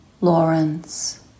Lawrence